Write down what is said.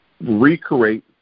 recreate